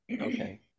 Okay